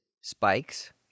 spikes